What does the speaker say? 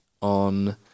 on